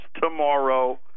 tomorrow